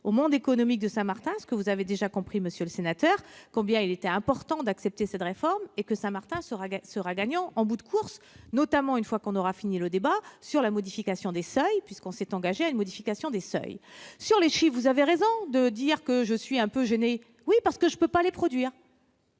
au monde économique de Saint-Martin ce que vous avez déjà compris, monsieur Arnell, à savoir combien il est important d'accepter cette réforme, et que Saint-Martin sera gagnant en bout de course, notamment une fois que l'on aura fini le débat sur la modification des seuils, puisque l'on s'est engagé à une telle mesure. Sur les chiffres, monsieur Patient, vous avez raison de dire que je suis un peu gênée. En effet, je ne peux pas produire